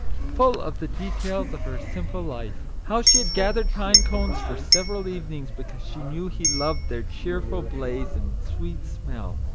full of the details of her simple life. how she had gathered pine-cones for several evenings, be cause she knew he loved their cheerful blaze and sweet smell.